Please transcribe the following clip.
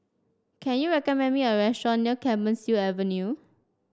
can you recommend me a restaurant near Clemenceau Avenue